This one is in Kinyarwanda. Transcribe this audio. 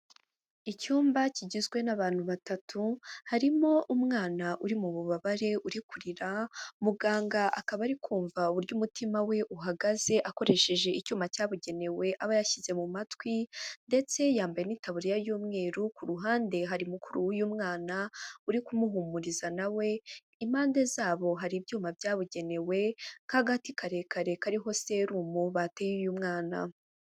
Icyumba kigizwe n'abantu batatu, harimo umwana uri mu bubabare uri kurira muganga akaba ari kumva uburyo umutima we uhagaze akoresheje icyuma cyabugenewe aba yashyize mu matwi ndetse yambaye n'itaburiya y'umweru, ku ruhande hari mukuru w'uyu mwana uri kumuhumuriza nawe we, impande zabo hari ibyuma byabugenewe nk'agati karekare kariho serumu bateye uyu mwana.